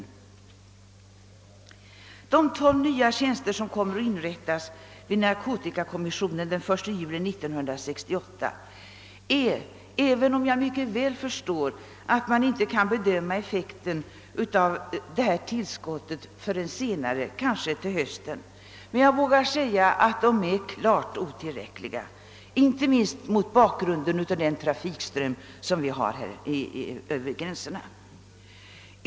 Beträffande de 12 nya tjänster som kommer att inrättas vid narkotikakommissionen den 1 juli 1968 vågar jag — även om jag mycket väl förstår att man inte kan bedöma effekten av detta nytillskott förrän senare, kanske till hösten — säga att de är klart otillräckliga, inte minst mot bakgrunden av den trafikström som vi har över gränserna.